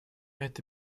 это